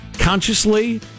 consciously